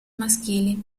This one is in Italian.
maschili